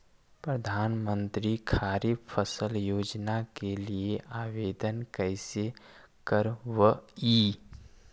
प्रधानमंत्री खारिफ फ़सल योजना के लिए आवेदन कैसे करबइ?